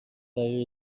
برای